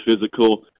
physical